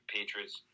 Patriots